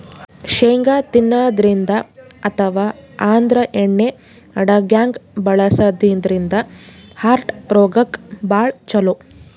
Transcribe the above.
ಶೇಂಗಾ ತಿನ್ನದ್ರಿನ್ದ ಅಥವಾ ಆದ್ರ ಎಣ್ಣಿ ಅಡಗ್ಯಾಗ್ ಬಳಸದ್ರಿನ್ದ ಹಾರ್ಟ್ ರೋಗಕ್ಕ್ ಭಾಳ್ ಛಲೋ